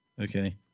Okay